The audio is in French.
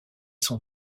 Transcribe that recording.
son